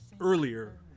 earlier